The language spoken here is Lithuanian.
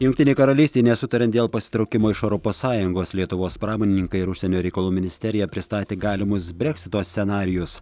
jungtinė karalystė nesutaria dėl pasitraukimo iš europos sąjungos lietuvos pramonininkai ir užsienio reikalų ministerija pristatė galimus breksito scenarijus